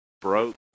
broke